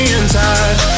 inside